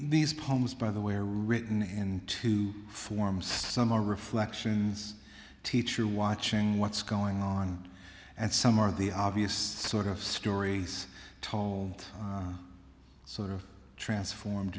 these poems by the way are written in two forms some are reflections teacher watching what's going on and some are the obvious sort of stories told sort of transformed